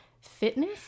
fitness